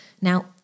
Now